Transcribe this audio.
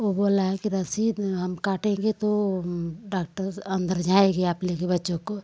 वो बोल रहा है कि हम रसीद हम काटेंगे तो डॉक्टर अंदर जाएँगे आप लेकर बच्चों को